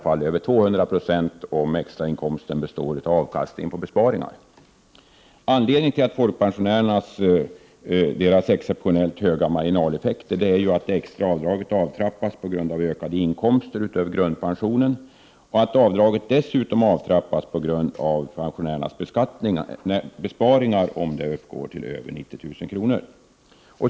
Ibland blir det över 200 20, om extrainkomsten består av avkastning på besparingar. Anledningen till de exceptionellt stora marginaleffekterna för folkpensionärer är att det extra avdraget avtrappas på grund av ökade inkomster utöver grundpensionen och att avdraget dessutom avtrappas på grund av besparingar, om dessa överstiger 90 000 kr.